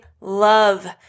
love